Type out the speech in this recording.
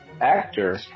actor